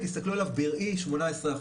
הסתכלו עליו בראי 18%,